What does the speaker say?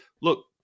look